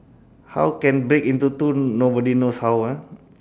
how can break into two nobody knows how ah